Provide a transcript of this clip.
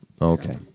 Okay